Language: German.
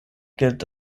gilt